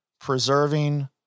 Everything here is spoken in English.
preserving